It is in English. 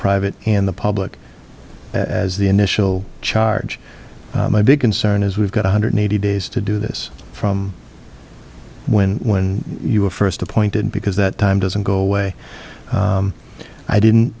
private and the public as the initial charge my big concern is we've got one hundred eighty days to do this from when when you were first appointed because that time doesn't go away i didn't